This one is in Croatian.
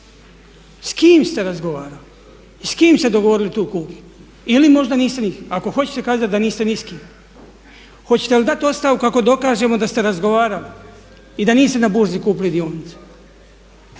S kime ste razgovarali i s kime ste dogovorili tu kupnju? Ili možda niste …/Govornik se ne razumije./…, ako hoćete kazati da niste ni s kime. Hoćete li dati ostavku ako dokažemo da ste razgovarali i da niste na burzi kupili dionice?